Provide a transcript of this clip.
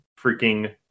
freaking